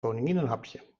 koninginnenhapje